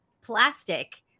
plastic